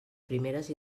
primeres